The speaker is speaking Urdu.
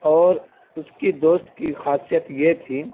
اور اس کے دوست کی خاصیت یہ تھی